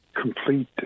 Complete